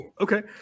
okay